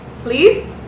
please